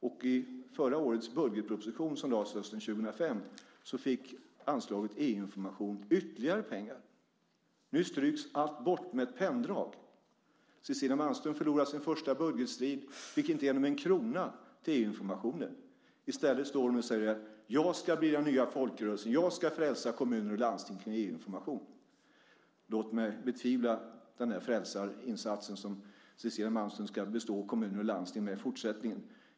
Och i förra årets budgetproposition, som lades fram hösten 2005, fick anslaget till EU-information ytterligare pengar. Nu stryks allt bort med ett penndrag. Cecilia Malmström förlorade sin första budgetstrid, fick inte igenom en krona till EU-informationen. I stället står hon och säger: Jag ska bli den nya folkrörelsen. Jag ska frälsa kommuner och landsting kring EU-information. Låt mig betvivla den frälsarinsats som Cecilia Malmström ska bestå kommuner och landsting med i fortsättningen!